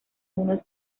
unos